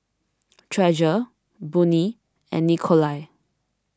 Treasure Boone and Nikolai